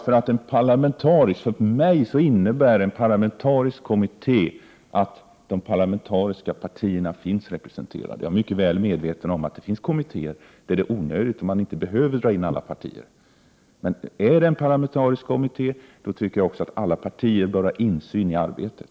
För mig innebär en parlamentarisk kommitté att de parlamentariska partierna finns representerade. Jag är mycket väl medveten om att det finns kommittéer där man inte behöver ha med alla partier. Är det en parlamentarisk kommitté tycker jag också att alla partier bör ha insyn i arbetet.